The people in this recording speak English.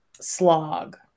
slog